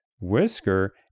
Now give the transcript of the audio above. Whisker